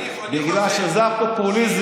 אני אגיד לך: בגלל שזה הפופוליזם,